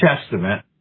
Testament